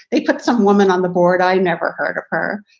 they put some woman on the board. i never heard of her.